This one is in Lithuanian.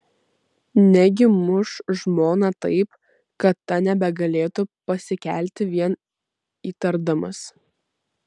negi muš žmoną taip kad ta nebegalėtų pasikelti vien įtardamas